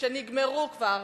שנגמרו כבר